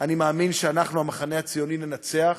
אני מאמין שאנחנו, המחנה הציוני, ננצח.